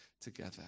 together